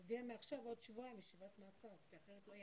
בנובמבר נעשה ישיבת מעקב.